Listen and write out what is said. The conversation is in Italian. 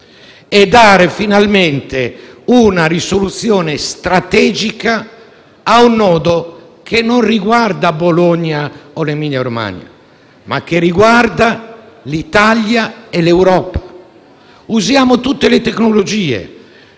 e dare finalmente una soluzione strategica a un nodo che non riguarda solo Bologna o l'Emilia-Romagna, ma che riguarda l'Italia e l'Europa. Usiamo tutte le tecnologie,